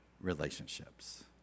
relationships